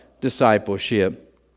discipleship